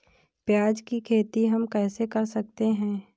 प्याज की खेती हम कैसे कर सकते हैं?